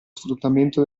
sfruttamento